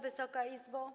Wysoka Izbo!